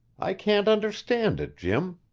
i can't understand it, jim.